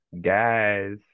guys